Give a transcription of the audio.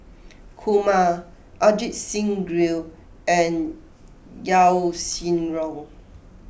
Kumar Ajit Singh Gill and Yaw Shin Reong